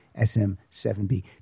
sm7b